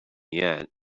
yet